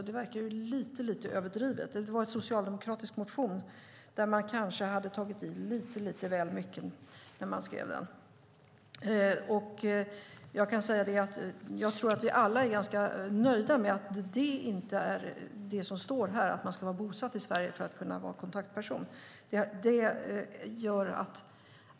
Det verkar lite överdrivet. Det togs upp i en socialdemokratisk motion, där man kanske hade tagit i lite väl mycket. Jag tror att vi alla är ganska nöjda med att det här inte står att man ska vara bosatt i Sverige för att kunna vara kontaktperson.